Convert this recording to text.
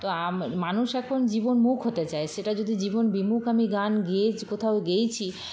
তো মানুষ এখন জীবনমুখ হতে চায় সেটা যদি জীবন বিমুখ আমি গান গেয়ে কোথাও গেয়েছি